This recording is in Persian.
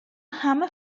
همه